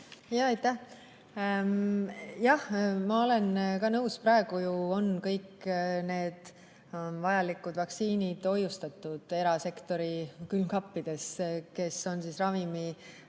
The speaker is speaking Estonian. Jah, ma olen ka nõus. Praegu ju on kõik need vajalikud vaktsiinid hoiustatud erasektori külmkappides. Tegemist on ravimite